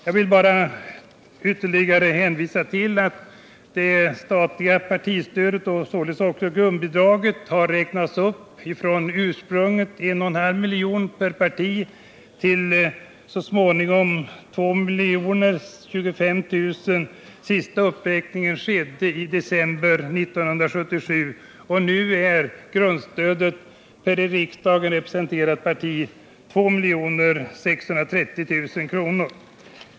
Jag vill härtill också lägga att det statliga partistödet och således också grundbidraget räknades upp från det ursprungliga beloppet 1,5 milj.kr. per parti till 2025 000 kr. Den sista uppräkningen skedde i december 1977, och nu är grundstödet per i riksdagen representerat parti 2 630 000 kr.